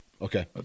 Okay